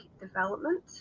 development